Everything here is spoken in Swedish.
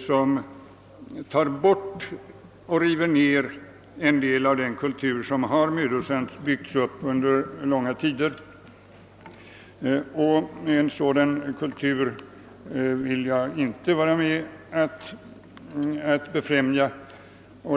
som river ned en del av den kultur som mödosamt har byggts upp under långa tider. En sådan »kultur» vill jag inte vara med om att befrämja.